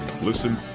listen